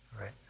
right